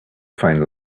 find